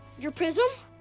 your prism?